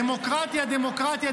דמוקרטיה,